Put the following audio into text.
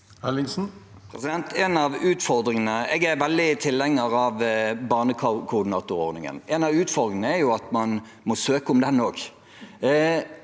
Jeg er vel- dig tilhenger av barnekoordinatorordningen. En av utfordringene er at man må søke om den også,